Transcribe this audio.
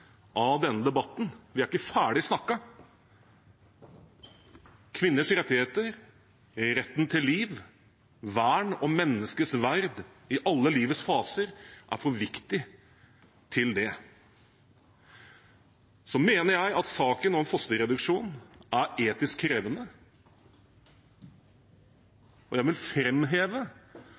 av denne debatten – vi er ikke ferdig snakka. Kvinners rettigheter, retten til liv, retten til vern og menneskets verd i alle livets faser er for viktig til det. Så mener jeg at saken om fosterreduksjon er etisk krevende, og jeg vil